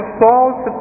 false